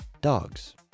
dogs